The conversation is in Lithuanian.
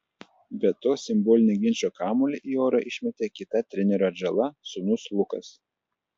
be to simbolinį ginčo kamuolį į orą išmetė kita trenerio atžala sūnus lukas